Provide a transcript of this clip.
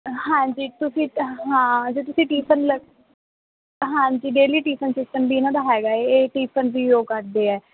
ਹਾਂਜੀ ਤੁਸੀਂ ਹਾਂ ਜੇ ਤੁਸੀਂ ਟੀਫਿਨ ਲ ਹਾਂਜੀ ਡੇਲੀ ਟੀਫਨ ਸਿਸਟਮ ਵੀ ਇਹਨਾਂ ਦਾ ਹੈਗਾ ਇਹ ਟੀਫਿਨ ਵੀ ਉਹ ਕਰਦੇ ਆ